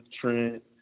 Trent